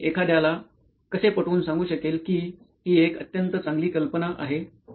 मग मी एखाद्याला कसे पटवून सांगू शकेल कि हि एक अत्यंत चांगली कल्पना आहे